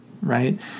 Right